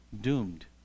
doomed